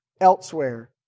elsewhere